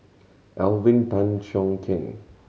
Alvin Tan Cheong Kheng